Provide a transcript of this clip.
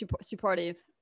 supportive